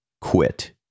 quit